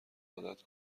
عادت